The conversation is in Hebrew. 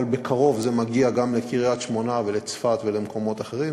אבל בקרוב זה מגיע גם לקריית-שמונה ולצפת ולמקומות אחרים,